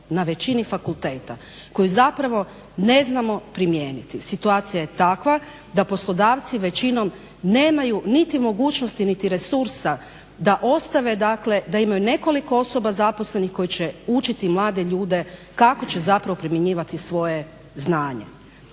na većini fakulteta koji zapravo ne znamo primijeniti. Situacija je takva da poslodavci većinom nemaju niti mogućnosti, niti resursa da ostave dakle, da imaju nekoliko osoba zaposlenih koji će učiti mlade ljude kako će zapravo primjenjivati svoje znanje.